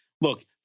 Look